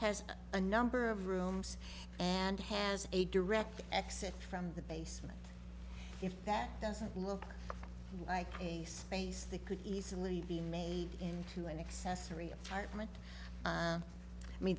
has a number of rooms and has a direct exit from the basement if that doesn't look like a space the could easily be made into an accessory apartment i me